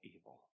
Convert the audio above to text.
evil